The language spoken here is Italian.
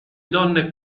donne